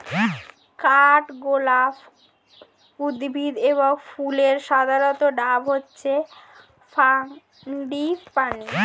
কাঠগোলাপ উদ্ভিদ এবং ফুলের সাধারণ নাম হচ্ছে ফ্রাঙ্গিপানি